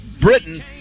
Britain